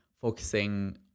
focusing